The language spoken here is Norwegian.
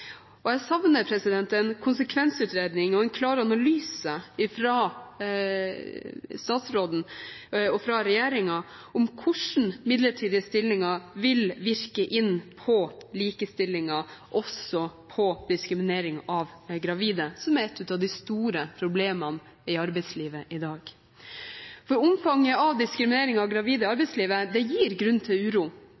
en klar analyse fra statsråden og fra regjeringen om hvordan midlertidige stillinger vil virke inn på likestillingen, og også på diskriminering av gravide, som er et av de store problemene i arbeidslivet i dag. For omfanget av diskriminering av gravide i arbeidslivet gir grunn til uro.